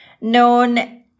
known